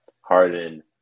Harden